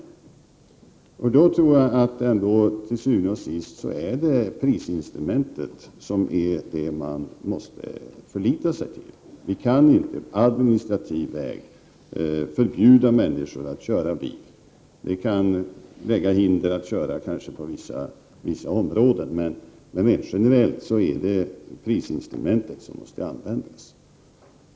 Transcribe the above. Till syvende och sist måste man då förlita sig till prisinstrumentet, tror jag. Vi kan inte på administrativ väg förbjuda människor att köra bil. Vi kan kanske lägga hinder i vägen för att köra i vissa områden, men generellt är det prisinstrumentet som måste användas.